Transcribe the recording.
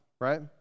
right